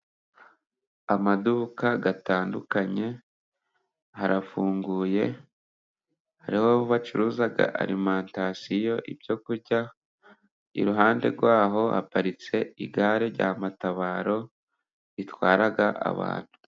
Amaduka atandukanye harafunguye, hari abo bacuruza arimantasiyo; ibyo kurya, iruhande rwaho haparitse igare rya matabaro, ritwara abantu.